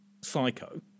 Psycho